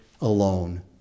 alone